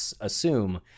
assume